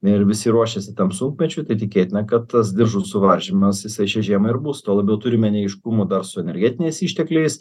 ir visi ruošiasi tam sunkmečiui tad tikėtina kad tas diržų suvaržymas jisai šią žiemą ir bus tuo labiau turime neaiškumų dar su energetiniais ištekliais